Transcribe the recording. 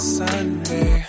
sunday